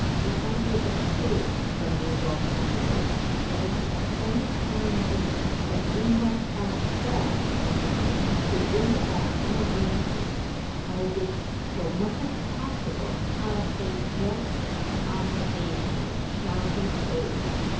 the only escape from these alternatives may at any time be that we must ourselves undertake to bring about some arrangement by which so much as possible of a just obligation shall be paid.